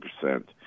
percent